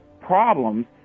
problems